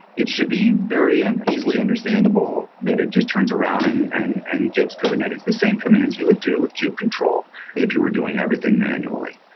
it should be very and easily understandable that it just turns around and and and gives kubernetes the same commands you would do with kube control if you are ere doing everything manually.